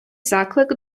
заклик